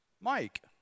Mike